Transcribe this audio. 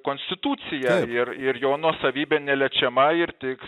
konstitucija ir ir jo nuosavybė neliečiama ir tik